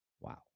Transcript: Wow